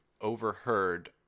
overheard